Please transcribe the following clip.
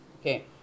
Okay